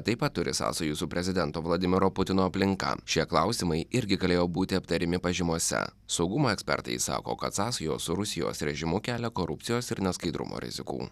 taip pat turi sąsajų su prezidento vladimiro putino aplinka šie klausimai irgi galėjo būti aptariami pažymose saugumo ekspertai sako kad sąsajos su rusijos režimu kelia korupcijos ir neskaidrumo rizikų